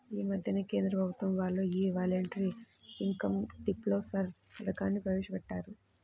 యీ మద్దెనే కేంద్ర ప్రభుత్వం వాళ్ళు యీ వాలంటరీ ఇన్కం డిస్క్లోజర్ పథకాన్ని ప్రవేశపెట్టారు